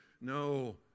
No